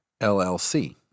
LLC